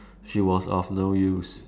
she was of no use